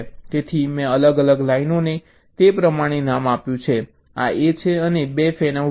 તેથી મેં અલગ અલગ લાઇનોને તે પ્રમાણે નામ આપ્યું છે આ A છે અને 2 ફેનઆઉટ બ્રાન્ચિઝને A1 A2 કહેવામાં આવે છે